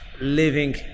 living